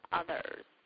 others